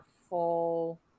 full